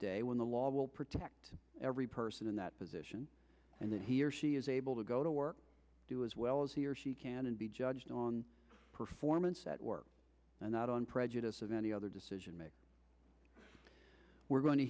day when the law will protect every person in that position and that he or she is able to go to work do as well as he or she can and be judged on performance at work and not on prejudice of any other decision making we're going to